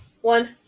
one